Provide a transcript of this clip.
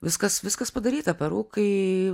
viskas viskas padaryta perukai